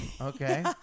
Okay